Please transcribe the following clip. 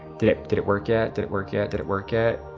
did did it work yet? did it work yet? did it work yet?